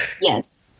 Yes